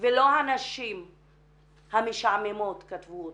ולא הנשים המשעממות כתבו אותה,